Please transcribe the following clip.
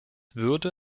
würde